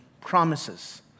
promises